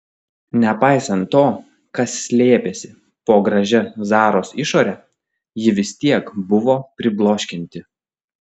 nepaisant to kas slėpėsi po gražia zaros išore ji vis tiek buvo pribloškianti